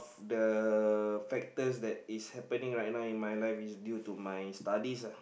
the factor that is happening right now is due to my studies uh